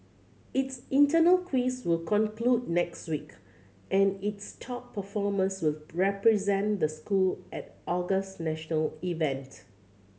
its internal quiz will conclude next week and its top performers will represent the school at August national event